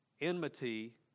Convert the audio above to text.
enmity